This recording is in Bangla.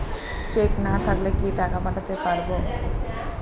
চেক না থাকলে কি টাকা পাঠাতে পারবো না?